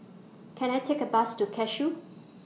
Can I Take A Bus to Cashew